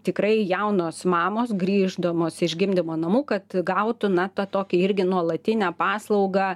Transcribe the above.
tikrai jaunos mamos grįždamos iš gimdymo namų kad gautų na tą tokį irgi nuolatinę paslaugą